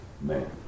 man